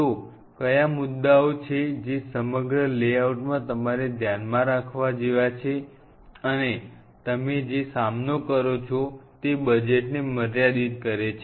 તો કયા મુદ્દાઓ છે જે સમગ્ર લેઆઉટમાં તમારે ધ્યાનમાં રાખવા જેવા છે અને તમે જે સામનો કરો છો તે બજેટને મર્યાદિત કરે છે